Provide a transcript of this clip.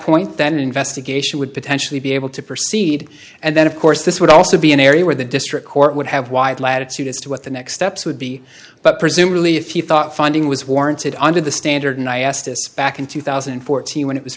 point then an investigation would potentially be able to proceed and then of course this would also be an area where the district court would have wide latitude as to what the next steps would be but presumably if he thought funding was warranted under the standard i asked this back in two thousand and fourteen when it was